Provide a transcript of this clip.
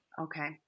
Okay